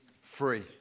free